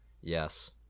Yes